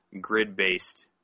grid-based